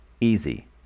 Easy